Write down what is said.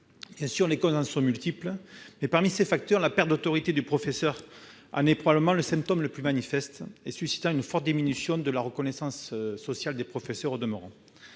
malade. Les causes en sont multiples. Parmi ces facteurs, la perte de l'autorité du professeur en est probablement le symptôme le plus manifeste, suscitant une forte diminution de la reconnaissance sociale des professeurs. C'est